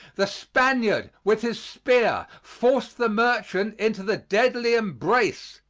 the spaniard, with his spear, forced the merchant into the deadly embrace.